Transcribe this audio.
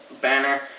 Banner